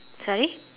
sorry